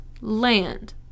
land